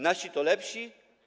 Nasi to lepsi?